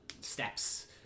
Steps